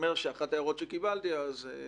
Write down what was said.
אחת ההערות שקיבלתי אז,